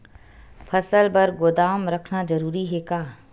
फसल बर गोदाम रखना जरूरी हे का?